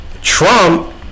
Trump